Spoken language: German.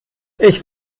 ich